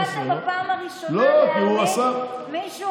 במקרה הצבעתם בפעם הראשונה להעמיד מישהו